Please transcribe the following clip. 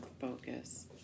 focus